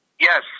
Yes